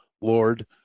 Lord